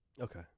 Okay